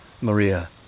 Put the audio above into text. Maria